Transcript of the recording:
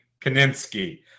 Kaninsky